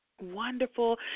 Wonderful